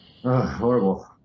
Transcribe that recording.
horrible